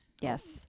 Yes